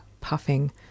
puffing